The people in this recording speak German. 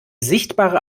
sichtbare